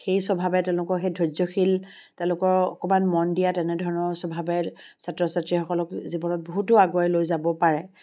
সেই স্বভাৱে তেওঁলোকৰ সেই ধৈৰ্য্যশীল তেওঁলোকৰ অকমান মন দিয়া তেনেধৰণৰ স্বভাৱে ছাত্ৰ ছাত্ৰীসকলক জীৱনত বহুতো আগুৱাই লৈ যাব পাৰে